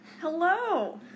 Hello